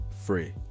free